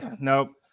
Nope